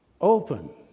open